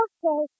Okay